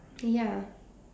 ya